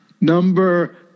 number